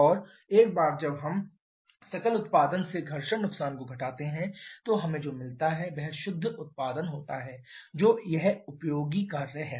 और एक बार जब हम सकल उत्पादन से घर्षण नुकसान को घटाते हैं तो हमें जो मिलता है वह शुद्ध उत्पादन होता है जो यह उपयोगी कार्य है